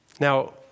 Now